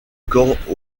corps